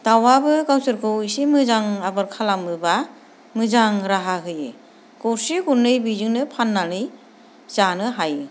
दाउआबो गावसोरखौ एसे मोजां आबोर खालामोब्ला मोजां राहा होयो गरसे गरनै बिजोंनो फाननानै जानो हायो